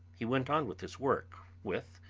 he went on with his work with,